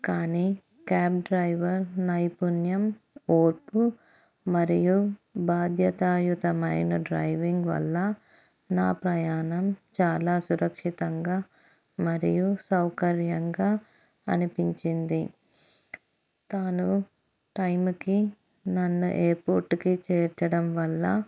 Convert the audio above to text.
కానీ cab driver నైపుణ్యం ఓర్పు మరియు బాధ్యతాయుతమైన డ్రైవింగ్ వల్ల నా ప్రయాణం చాలా సురక్షితంగా మరియు సౌకర్యంగా అనిపించింది తను టైంకి నన్ను ఎయిర్పోర్టుకి చేర్చడం వల్ల